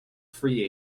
free